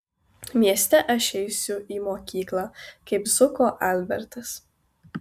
mieste aš eisiu į mokyklą kaip zuko albertas